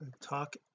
talk